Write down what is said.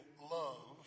love